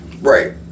right